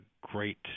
great